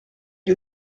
gli